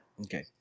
Okay